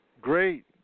Great